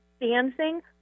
dancing